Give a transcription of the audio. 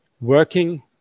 working